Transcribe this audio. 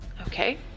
Okay